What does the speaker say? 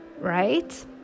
right